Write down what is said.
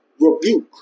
rebuke